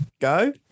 Go